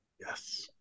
Yes